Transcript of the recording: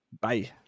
Bye